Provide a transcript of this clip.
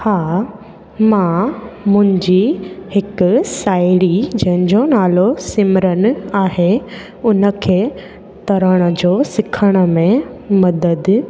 हा मां मुंहिंजी हिकु साहेड़ी जंहिंजो नालो सिमरन आहे हुनखे तरण जो सिखण में मदद